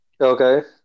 Okay